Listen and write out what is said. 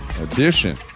edition